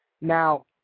Now